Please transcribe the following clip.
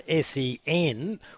SEN